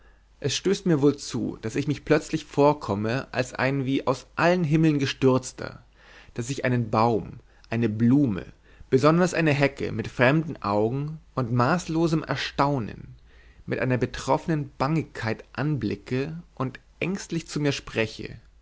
es stößt mir wohl zu daß ich mir plötzlich vorkomme als ein wie aus allen himmeln gestürzter daß ich einen baum eine blume besonders eine hecke mit fremden augen und maßlosem erstaunen mit einer betroffenen bangigkeit anblicke und ängstlich zu mir spreche